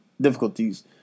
difficulties